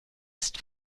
ist